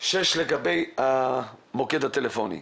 לגבי המוקד הטלפוני,